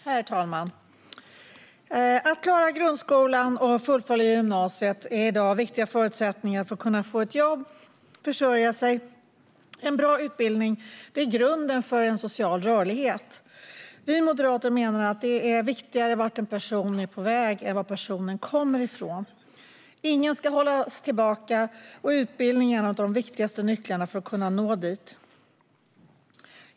Herr talman! Att klara grundskolan och fullfölja gymnasiet är i dag viktiga förutsättningar för att kunna få ett jobb och försörja sig. En bra utbildning är grunden för social rörlighet. Vi moderater menar att det är viktigare vart en person är på väg än var personen kommer ifrån. Ingen ska hållas tillbaka, och utbildning är en av de viktigaste nycklarna för att kunna nå dit man vill.